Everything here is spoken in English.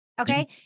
okay